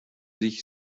sich